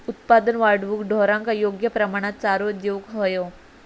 उत्पादन वाढवूक ढोरांका योग्य प्रमाणात चारो देऊक व्हयो